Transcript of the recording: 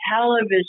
television